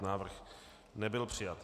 Návrh nebyl přijat.